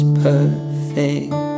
perfect